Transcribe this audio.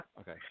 Okay